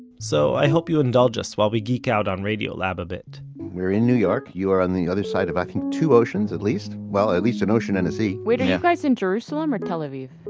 so, i hope you indulge us while we geek out on radiolab a bit we're in new york, you are on the other side of i think two oceans, at least. well, at least an ocean and a sea wait, are you guys in jerusalem or tel aviv?